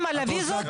יוראי, שאלה.